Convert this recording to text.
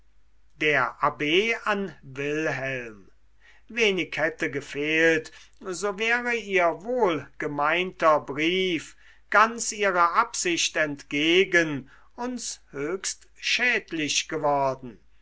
der abb an wilhelm wenig hätte gefehlt so wäre ihr wohlgemeinter brief ganz ihrer absicht entgegen uns höchst schädlich geworden